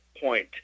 point